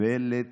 ממתין